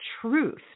truth